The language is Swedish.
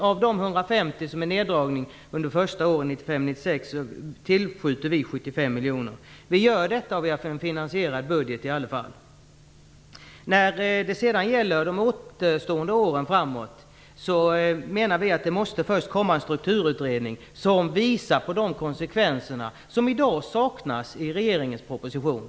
Av de 150 miljoner som är nerdragna under det första året 1995/96 tillskjuter vi 75 miljoner. Vi gör detta i en finansierad budget. När det gäller de återstående åren framåt menar vi att det först måste komma en strukturutredning som visar på de konsekvenser som i dag saknas i regeringens proposition.